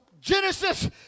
Genesis